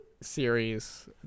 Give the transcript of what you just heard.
series